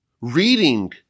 reading